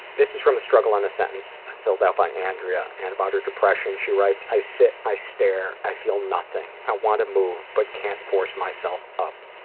this is from the struggle in a sentence, filled out by andrea, and about her depression, she writes, i sit, i stare, i feel nothing. i want to move, but can't force myself up.